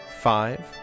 Five